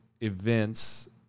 events